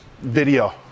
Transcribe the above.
Video